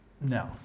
no